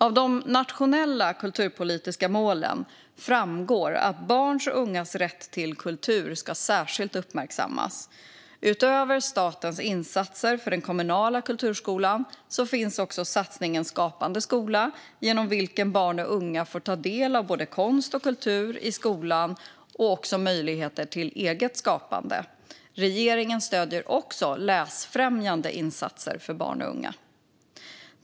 Av de nationella kulturpolitiska målen framgår att barns och ungas rätt till kultur särskilt ska uppmärksammas. Utöver statens insatser för den kommunala kulturskolan finns satsningen Skapande skola, genom vilken barn och unga får ta del av konst och kultur i skolan och även ges möjlighet till eget skapande. Regeringen stöder också läsfrämjande insatser för barn och unga.